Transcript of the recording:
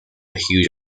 huge